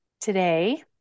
today